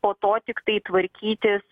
po to tiktai tvarkytis